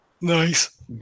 Nice